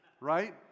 right